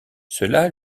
cela